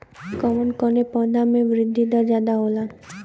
कवन कवने पौधा में वृद्धि दर ज्यादा होला?